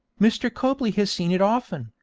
mr. copley has seen it often,